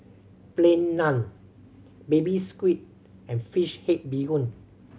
Plain Naan Baby Squid and fish head bee hoon